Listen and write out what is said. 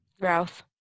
Ralph